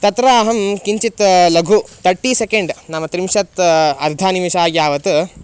तत्र अहं किञ्चित् लघु तर्टी सेकेण्ड् नाम त्रिंशत् अर्धनिमिषं यावत्